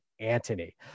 Antony